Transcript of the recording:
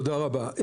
תודה רבה.